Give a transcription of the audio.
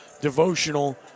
devotional